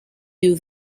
you